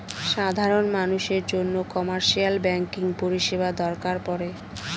সাধারন মানুষের জন্য কমার্শিয়াল ব্যাঙ্কিং পরিষেবা দরকার পরে